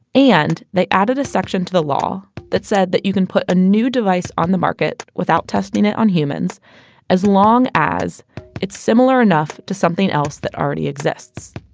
and they added a section to the law that said that you can put a new device on the market without testing it on humans as long as it's similar enough to something else that already exists